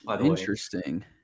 Interesting